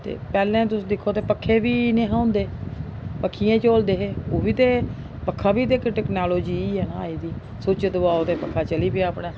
ते पैह्ले तुस दिक्खो ते पक्खे बी नेहे होंदे पक्खियां झोलदे हे ओह् बी ते पक्खा बी ते इक टेक्नोलाजी गै न आई दी सुच्च दबाया पक्खा चली पेआ अपने